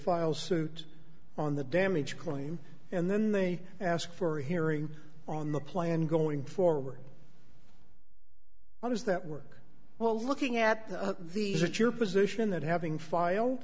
file suit on the damage claim and then they ask for hearing on the plan going forward on is that work well looking at these it your position that having file